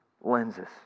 lenses